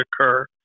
occur